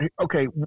okay